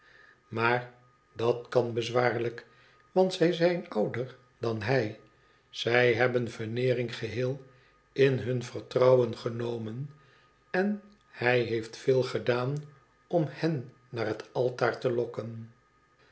maar dat kan bezwaarlijk want zij xijn ouder dan hij zij hebben veneering geheel in hun vertrouwen genomen en hij heeft veel gedaan om hen naar het altaar te lokken